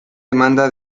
demanda